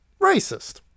racist